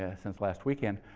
ah since last weekend.